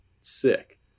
sick